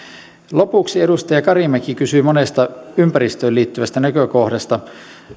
lopuksi edustaja karimäki kysyi monesta ympäristöön liittyvästä näkökohdasta